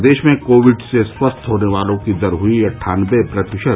प्रदेश में कोविड से स्वस्थ होने वालों की दर हुई अट्ठानबे प्रतिशत